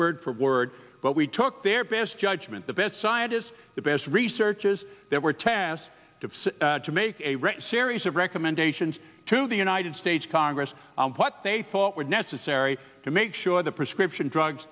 word for word but we took their best judgment the best scientists the best researches that were tasked to to make a series of recommendations to the united states congress on what they thought were necessary to make sure the prescription drugs